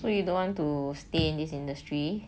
so you don't want to stay in this industry